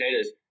potatoes